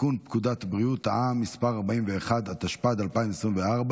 לתיקון פקודת בריאות העם (מס' 41), התשפ"ד 2024,